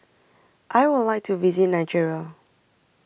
I Would like to visit Nigeria